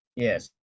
Yes